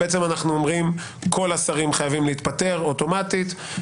אנחנו אומרים שכל השרים חייבים להתפטר אוטומטית,